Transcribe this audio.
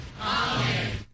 Amen